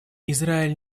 израиль